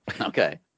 Okay